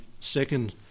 second